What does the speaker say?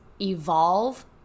evolve